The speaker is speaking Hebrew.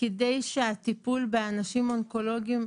כדי שהטיפול באנשים אונקולוגיים,